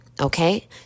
okay